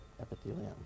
epithelium